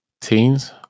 teens